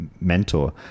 mentor